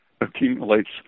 accumulates